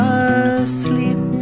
asleep